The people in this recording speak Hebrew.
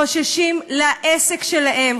חוששים לעסק שלהם,